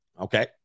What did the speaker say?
Okay